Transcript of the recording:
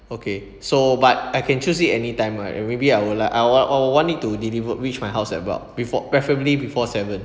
okay so but I can choose it any time right uh maybe I will like I I would want it to deliver reach my house about before preferably before seven